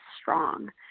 strong